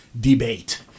debate